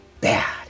bad